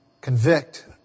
Convict